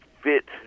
fit